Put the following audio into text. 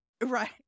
Right